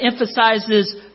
emphasizes